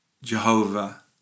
Jehovah